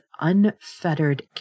unfettered